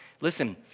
Listen